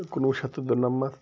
کُنہٕ وُہ شَتھ تہٕ دُنَمَتھ